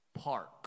Park